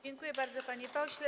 Dziękuję bardzo, panie pośle.